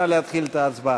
נא להתחיל את ההצבעה.